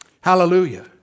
Hallelujah